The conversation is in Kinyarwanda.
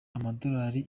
amadolari